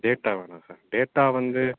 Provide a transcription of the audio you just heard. data வேணாம் sir data வந்து